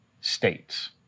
states